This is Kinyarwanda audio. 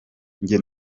njye